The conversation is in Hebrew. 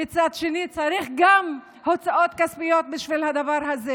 ומצד שני צריך גם הוצאות כספיות בשביל הדבר הזה.